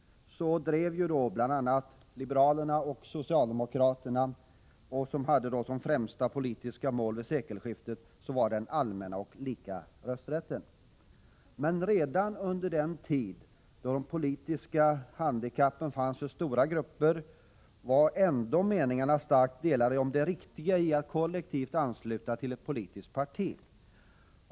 Liberalernas och socialdemokraternas främsta politiska mål vid sekelskiftet var den allmänna och lika rösträtten. Men redan under den tid då dessa politiska handikapp fanns för stora grupper var ändå meningarna starkt delade om det riktiga i att kollektivt ansluta personer till ett politiskt parti.